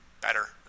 better